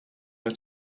her